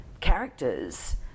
characters